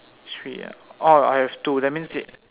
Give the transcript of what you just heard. three ah orh I have two that means it